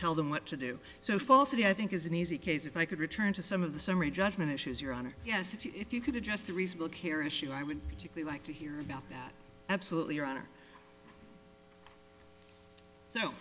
tell them what to do so falsity i think is an easy case if i could return to some of the summary judgment issues your honor yes if you could address the reasonable care issue i would like to hear about that absolutely your honor